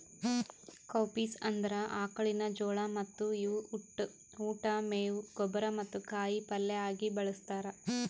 cowpeas ಅಂದುರ್ ಆಕುಳಿನ ಜೋಳ ಮತ್ತ ಇವು ಉಟ್, ಮೇವು, ಗೊಬ್ಬರ ಮತ್ತ ಕಾಯಿ ಪಲ್ಯ ಆಗ ಬಳ್ಸತಾರ್